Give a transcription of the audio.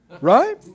Right